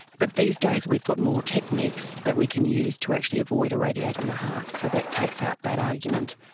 but these days we've got more techniques that we can use to actually avoid irradiating the heart, so that takes out that argument.